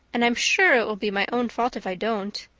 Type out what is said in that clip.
and i'm sure it will be my own fault if i don't.